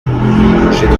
j’ai